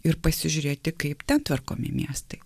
ir pasižiūrėti kaip ten tvarkomi miestai